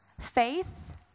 faith